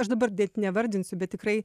aš dabar dėt nevardinsiu bet tikrai